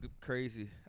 crazy